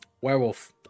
werewolf